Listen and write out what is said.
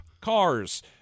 cars